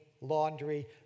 laundry